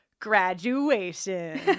graduation